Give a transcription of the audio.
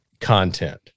content